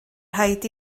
rhaid